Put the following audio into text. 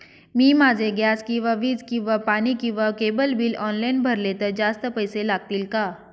मी माझे गॅस किंवा वीज किंवा पाणी किंवा केबल बिल ऑनलाईन भरले तर जास्त पैसे लागतील का?